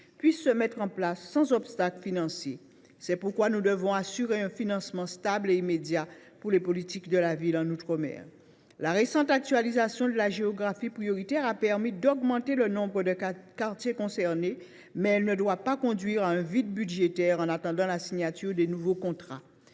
puissent se mettre en place sans obstacle financier. Il nous faut pour cela assurer un financement stable et immédiat pour les politiques de la ville en outre mer. La récente actualisation de la géographie prioritaire a permis d’augmenter le nombre de quartiers concernés, mais elle ne doit pas conduire à un vide budgétaire en attendant la signature des nouveaux contrats.